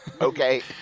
Okay